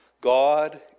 God